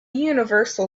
universal